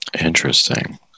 Interesting